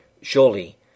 Surely